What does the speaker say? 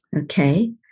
okay